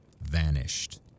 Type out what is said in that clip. vanished